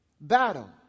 battle